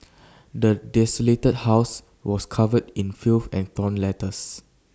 the desolated house was covered in filth and torn letters